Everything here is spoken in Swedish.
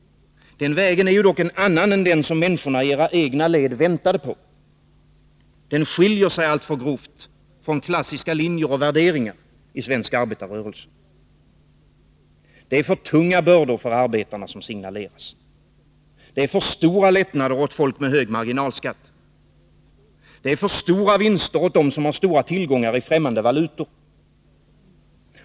Den vägen är dock en annan än den som människorna i era egna led väntade på. Den skiljer sig alltför grovt från klassiska linjer och värderingar i svensk arbetarrörelse. Det är för tunga bördor för arbetarna som signaleras. Det är för stora lättnader åt folk med hög marginalskatt. Det är för stora vinster åt dem som harstora tillgångar i fträmmande valutor.